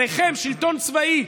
עליכם שלטון צבאי,